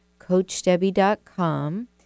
CoachDebbie.com